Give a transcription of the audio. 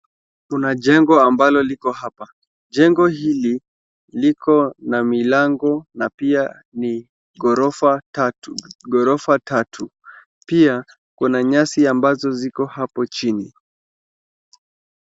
Kuna jengo ambalo liko hapa. Jengo hili liko na milango na pia ni ghorofa tatu ghorofa tatu. Pia kuna nyasi ambazo ziko hapo chini.